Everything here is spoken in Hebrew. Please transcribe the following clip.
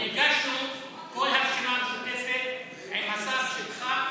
נפגשנו כל הרשימה המשותפת עם השר שלך,